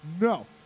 No